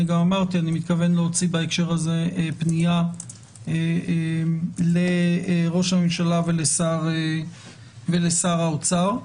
אני מתכוון להוציא בהקשר הזה פנייה לראש הממשלה ולשר האוצר.